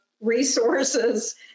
resources